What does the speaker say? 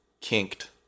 Kinked